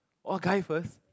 !wah! guy first